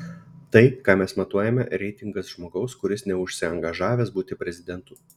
tai ką mes matuojame reitingas žmogaus kuris neužsiangažavęs būti prezidentu